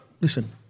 Listen